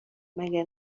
مگه